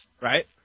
right